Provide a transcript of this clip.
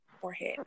forehead